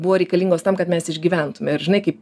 buvo reikalingos tam kad mes išgyventume ir žinai kaip